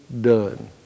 done